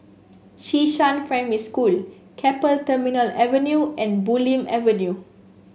Xishan Primary School Keppel Terminal Avenue and Bulim Avenue